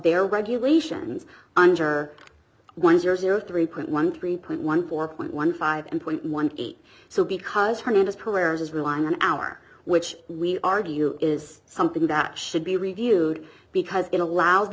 their regulations under one zero zero three point one three point one four point one five point one eight so because hundreds pereira's is relying on our which we argue is something that should be reviewed because it allows the